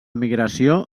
migració